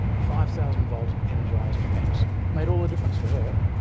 five thousand volt energised fence made all the difference for her.